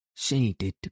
Shaded